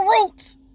roots